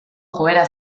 joera